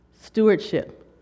stewardship